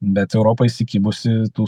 bet europa įsikibusi tų